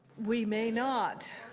we may not.